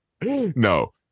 No